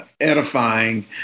edifying